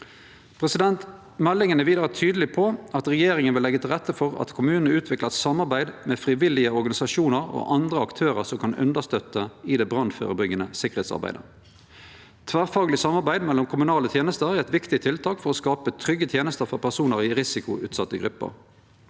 tiltak. Meldinga er vidare tydeleg på at regjeringa vil leggje til rette for at kommunane utviklar eit samarbeid med frivillige organisasjonar og andre aktørar som kan hjelpe i det brannførebyggjande sikkerheitsarbeidet. Tverrfagleg samarbeid mellom kommunale tenester er eit viktig tiltak for å skape trygge tenester for personar i risikoutsette grupper.